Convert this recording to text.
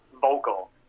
vocal